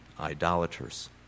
idolaters